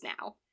now